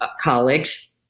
college